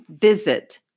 visit